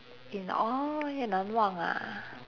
yi orh yi nang wang ah